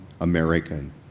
American